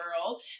world